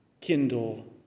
kindle